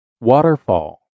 waterfall